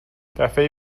دفعه